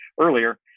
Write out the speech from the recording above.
earlier